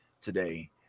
today